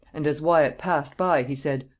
and as wyat passed by, he said,